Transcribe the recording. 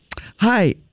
Hi